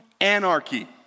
anarchy